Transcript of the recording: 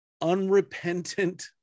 unrepentant